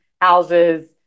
houses